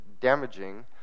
damaging